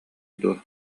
дуо